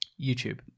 YouTube